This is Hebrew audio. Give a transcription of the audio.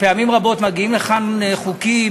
פעמים רבות מגיעים לכאן חוקים,